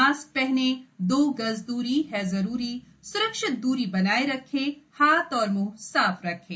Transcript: mask पहनें दो गज दूरी है जरूरी सुरक्षित दूरी बनाये रखें हाथ और मुंह साफ रखें